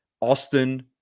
Austin